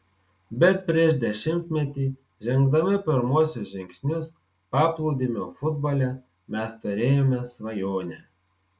bet prieš dešimtmetį žengdami pirmuosius žingsnius paplūdimio futbole mes turėjome svajonę